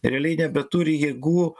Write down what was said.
realiai nebeturi jėgų